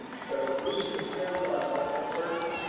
so it really depends on what the search